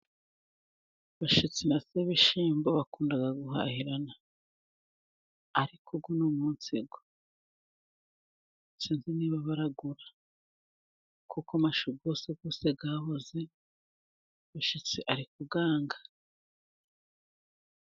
Bashyitsi na Sebishyimbo bakunda guhahirana, ariko uno munsi wo sinzi niba bagura kuko amashu yose yose yaboze Bashyitsi ari kuyanga.